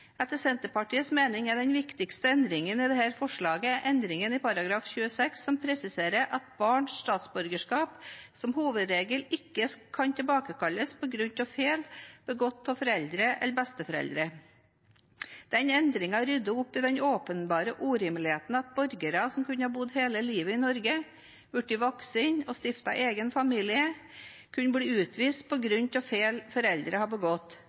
Etter Senterpartiets mening er den viktigste endringen i dette forslaget endringen i § 26, som presiserer at barns statsborgerskap som hovedregel ikke kan tilbakekalles på grunn av feil begått av foreldre eller besteforeldre. Denne endringen rydder opp i den åpenbare urimeligheten at borgere som har bodd hele livet i Norge, blitt voksne og stiftet egen familie, kan bli utvist på grunn av feil foreldrene har begått,